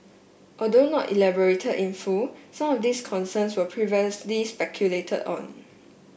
although not elaborated in full some of these concerns were previously speculated on